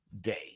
day